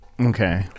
Okay